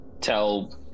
tell